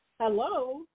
Hello